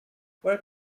where